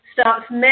starts